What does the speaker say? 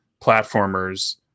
platformers